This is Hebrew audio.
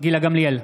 גילה גמליאל,